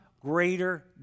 greater